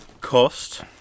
cost